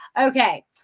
Okay